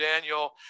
Daniel